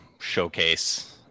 Showcase